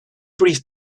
brief